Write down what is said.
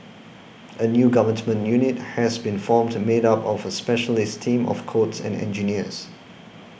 a new Government unit has been formed made up of a specialist team of codes and engineers